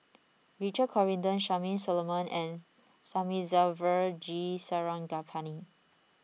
Richard Corridon Charmaine Solomon and Thamizhavel G Sarangapani